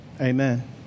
amen